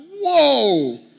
whoa